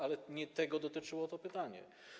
Ale nie tego dotyczyło to pytanie.